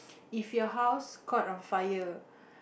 if your house caught on fire